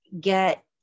get